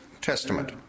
Testament